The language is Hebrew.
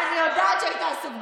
אני יודעת שהיית עסוק באזולאי,